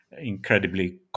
incredibly